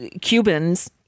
Cubans